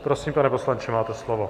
Prosím, pane poslanče, máte slovo.